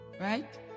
right